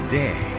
day